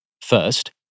first